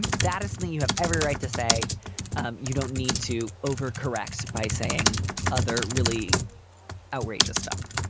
ah that is that you have every right to say um you don't need to overcorrect by saying other really outrageous stuff.